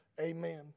Amen